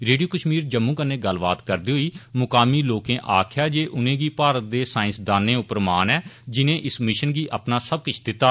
radio Kashmir Jammu कन्नै गल्लबात करदे होई मुकामी लोकें आक्खेया जे उनें गी भारत दे साईंसदानें उप्पर मान ऐ जिन्हें इस मिषन गी अपना सब किष दित्ता